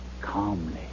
calmly